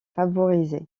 favorisée